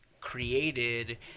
created